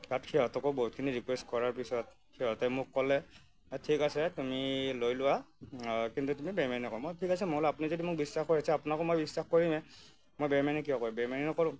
তাত সিহঁতকো বহুতখিনি ৰিকুয়েষ্ট কৰাৰ পিছত সিহঁতে মোক ক'লে ঠিক আছে তুমি লৈ লোৱা কিন্তু তুমি বেইমানী নকৰিবা মই বোলো ঠিক আছে আপুনি যদি মোক বিশ্বাস কৰিছে আপোনাকো মই বিশ্বাস কৰিমেই মই বেইমানী কিয় কৰিম বেইমানী নকৰোঁ